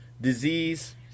disease